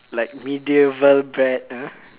like medieval bread ah